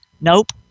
nope